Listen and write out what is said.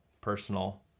Personal